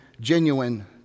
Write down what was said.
genuine